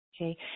okay